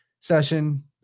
Session